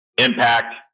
impact